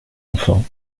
enfant